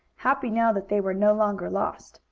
happy now that they were no longer lost.